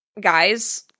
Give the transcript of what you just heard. guys